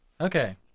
okay